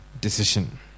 decision